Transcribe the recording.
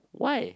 why